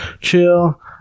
Chill